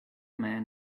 man